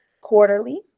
quarterly